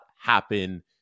happen